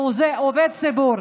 והוא עובד ציבור.